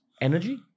Energy